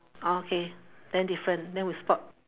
oh okay then different then we spot